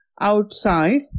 outside